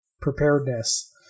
preparedness